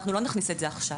לא נכניס את זה עכשיו.